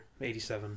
87